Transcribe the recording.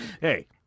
Hey